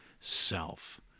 self